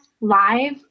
live